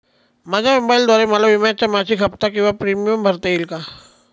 माझ्या मोबाईलद्वारे मला विम्याचा मासिक हफ्ता किंवा प्रीमियम भरता येईल का?